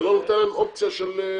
זה לא נותן אופציה של צמצום.